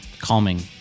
calming